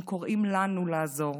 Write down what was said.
הם קוראים לנו לעזור,